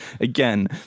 again